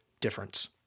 difference